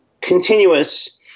continuous